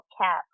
Cap